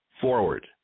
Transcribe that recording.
forward